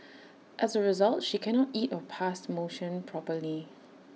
as A result she cannot eat or pass motion properly